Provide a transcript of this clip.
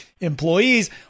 employees